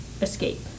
escape